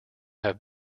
have